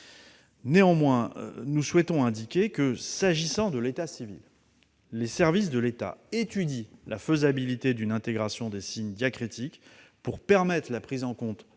Néanmoins, nous souhaitons indiquer que, pour ce qui concerne l'état civil, les services de l'État étudient la faisabilité d'une intégration de signes diacritiques pour permettre la prise en compte